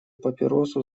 папиросу